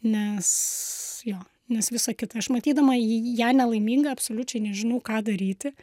nes jo nes visa kita aš matydama jį ją nelaimingą absoliučiai nežinau ką daryti